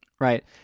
Right